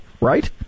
right